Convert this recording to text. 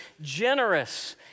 generous